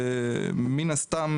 ומן הסתם